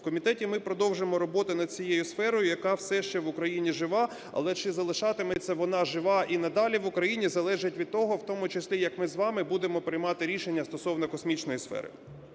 В комітеті ми продовжимо роботу над цією сферою, яка все ще в Україні жива. Але чи залишатиметься вона жива і надалі в Україні, залежить від того в тому числі, як ми з вами будемо приймати рішення стосовно космічної сфери.